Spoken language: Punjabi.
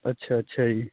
ਅੱਛਾ ਅੱਛਾ ਜੀ